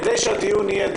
כדי שהדיון יהיה ענייני.